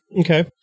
Okay